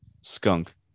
skunk